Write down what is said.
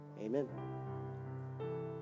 Amen